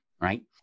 right